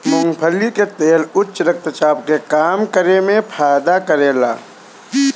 मूंगफली के तेल उच्च रक्त चाप के कम करे में फायदा करेला